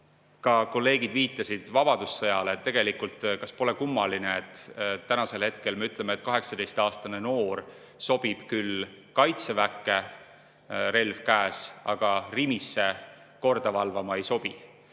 ka kolleegid viitasid vabadussõjale. Tegelikult, kas pole kummaline, et tänasel hetkel me ütleme, et 18-aastane noor sobib küll kaitseväkke, relv käes, aga Rimisse korda valvama ei sobi?